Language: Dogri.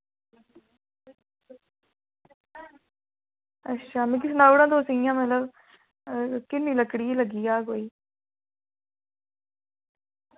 अच्छा मिगी सनाई ओड़ो आं तुस इं'या मतलब किन्नी लकड़ी लग्गी जाह्ग कोई